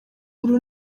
uru